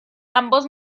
ambos